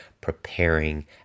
preparing